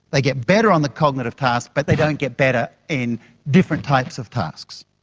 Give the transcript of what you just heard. they get better on the cognitive tasks but they don't get better in different types of tasks.